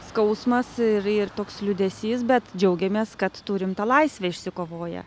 skausmas ir ir toks liūdesys bet džiaugiamės kad turim tą laisvę išsikovoję